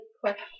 question